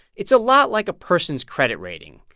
it's a lot like a person's credit rating.